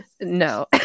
No